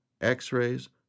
x-rays